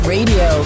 Radio